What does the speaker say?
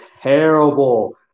terrible